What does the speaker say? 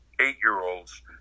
eight-year-olds